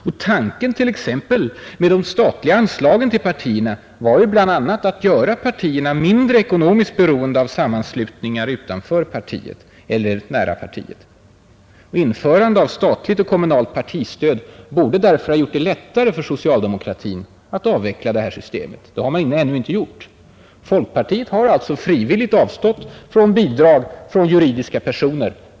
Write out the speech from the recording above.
Och tanken t.ex. med de statliga anslagen till partierna var ju även att göra partierna mindre ekonomiskt beroende av sammanslutningar utanför partiet eller nära partiet. Införandet av statligt och kommunalt partistöd borde därför ha underlättat för socialdemokratin att avveckla det här systemet. Det har man ännu inte gjort. Folkpartiet har ju frivilligt avstått från bidrag från juridiska personer.